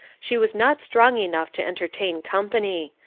she was not strong enough to entertain company.